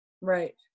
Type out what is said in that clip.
Right